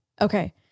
Okay